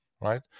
Right